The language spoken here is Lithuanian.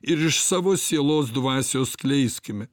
ir iš savo sielos dvasios skleiskime